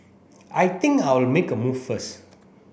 I think I'll make a move first